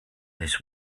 this